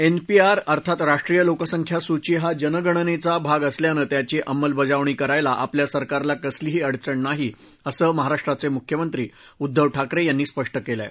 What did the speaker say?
NPR अर्थात राष्ट्रीय लोकसंख्या सूची हा जनगणनेचा भाग असल्यानं त्याची अंमलबजावणी करायला आपल्या सरकारला कसलीही अडचण नाही असं महाराष्ट्राचे मुख्यमंत्री उद्दव ठाकरे यांनी स्पष्ट केलं आहे